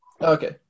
Okay